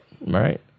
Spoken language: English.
Right